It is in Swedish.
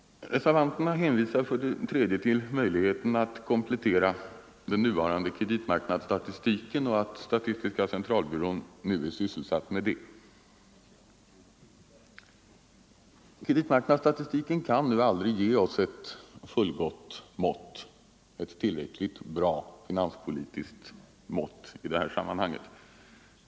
Reservanterna hänvisar för det tredje till möjligheten att komplettera den nuvarande kreditmarknadsstatistiken och till att statistiska centralbyrån nu är sysselsatt med detta. Kreditmarknadsstatistiken kan nu aldrig ge oss ett tillräckligt bra finanspolitiskt mått i detta sammanhang.